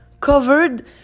covered